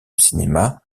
cinéma